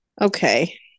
Okay